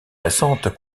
récentes